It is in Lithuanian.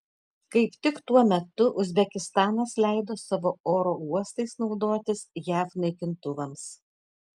kaip tik tuo metu uzbekistanas leido savo oro uostais naudotis jav naikintuvams